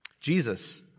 Jesus